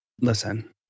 listen